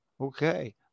okay